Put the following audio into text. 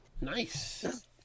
Nice